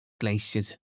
glaciers